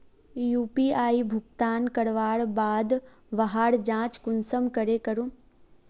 UPI भुगतान करवार बाद वहार जाँच कुंसम करे करूम?